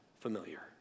familiar